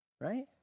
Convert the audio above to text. Right